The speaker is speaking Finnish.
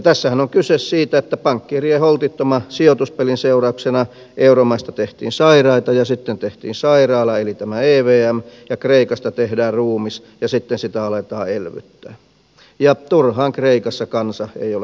tässähän on kyse siitä että pankkiirien holtittoman sijoituspelin seurauksena euromaista tehtiin sairaita ja sitten tehtiin sairaala eli tämä evm ja kreikasta tehdään ruumis ja sitten sitä aletaan elvyttää ja turhaan kreikassa kansa ei ole kaduilla